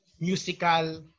musical